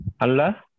Allah